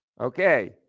Okay